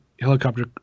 helicopter